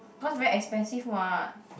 cause very expensive [what]